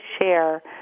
share